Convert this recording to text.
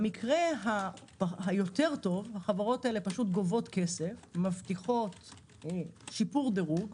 במקרה הטוב יותר החברות האלה פשוט גובות כסף ומבטיחות שיפור דירוג.